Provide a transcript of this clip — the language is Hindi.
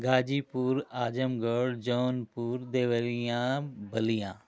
गाजीपुर आजमगढ़ जौनपुर देवरिया बलिया